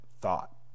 Thought